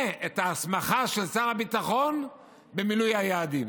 את ההסמכה של שר הביטחון במילוי היעדים.